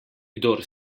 kdor